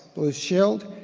blue shield,